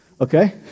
Okay